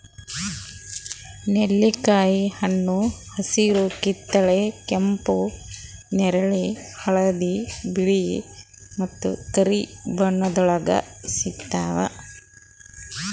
ನೆಲ್ಲಿಕಾಯಿ ಹಣ್ಣ ಹಸಿರು, ಕಿತ್ತಳೆ, ಕೆಂಪು, ನೇರಳೆ, ಹಳದಿ, ಬಿಳೆ ಮತ್ತ ಕರಿ ಬಣ್ಣಗೊಳ್ದಾಗ್ ಸಿಗ್ತಾವ್